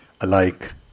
alike